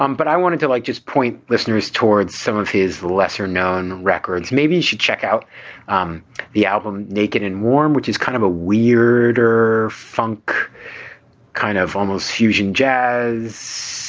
um but i wanted to like just point listeners towards some of his lesser known records. maybe you should check out um the album naked and warm, which is kind of a weird or funk kind of almost fusion jazz